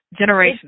Generational